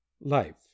LIFE